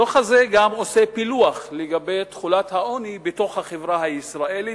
הדוח הזה גם עושה פילוח לגבי תחולת העוני בתוך החברה הישראלית,